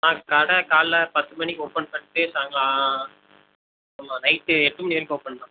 ஆ கடை காலைல பத்து மணிக்கு ஓப்பன் பண்ணிவிட்டு சாய்ங்காலம் ஆமாம் நைட்டு எட்டு மணி வரைக்கும் ஓப்பன் தான்